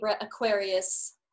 aquarius